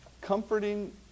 comforting